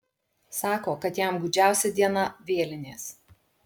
sako kad jam gūdžiausia diena vėlinės